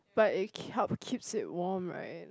but it can help to keep it warm right